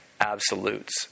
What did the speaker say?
absolutes